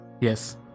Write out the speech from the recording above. Yes